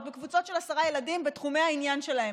בקבוצות של עשרה ילדים בתחומי העניין שלהם.